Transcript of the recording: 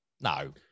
No